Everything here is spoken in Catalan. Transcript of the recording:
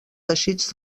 teixits